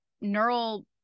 neural